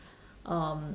um